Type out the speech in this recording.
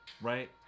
right